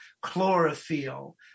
chlorophyll